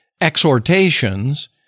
exhortations